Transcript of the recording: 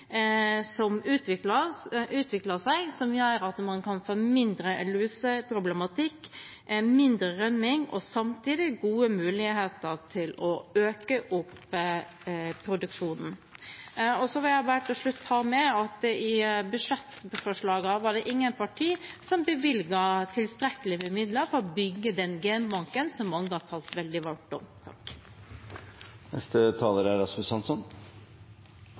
som utvikler seg, og som gjør at man kan få mindre luseproblematikk, mindre rømning og samtidig gode muligheter til å øke produksjonen. Så vil jeg til slutt bare ta med at i budsjettforslagene var det ingen partier som bevilget tilstrekkelig med midler til å bygge opp den genbanken som mange har talt veldig varmt om. Oppdrettsnæringens aller dårligste strategi er